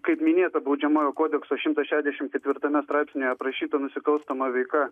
kaip minėta baudžiamojo kodekso šimtas šešiasdešimt ketvirtame straipsnyje aprašyta nusikalstama veika